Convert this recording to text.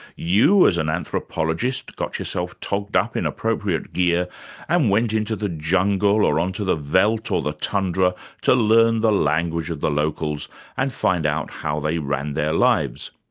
you, as an anthropologist, got yourself togged up in appropriate gear and went into the jungle, or onto the veldt or the tundra to learn the language of the locals and find out how they ran their lives.